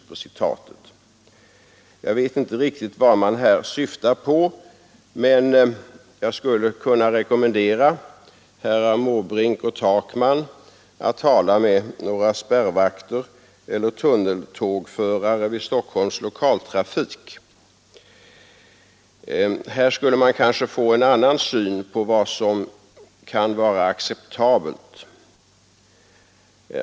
Jag vet inte riktigt vad man här syftar på, men jag skulle kunna rekommendera herrar Måbrink och Takman att tala med några spärrvakter eller tunneltågförare vid Stockholms lokaltrafik. Här skulle man kanske få en annan syn på vad som kan vara acceptabelt.